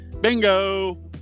Bingo